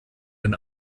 den